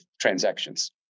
transactions